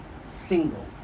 single